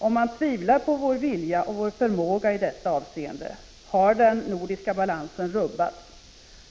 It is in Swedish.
Om man tvivlar på vår vilja och vår förmåga i detta avseende har den nordiska balansen rubbats.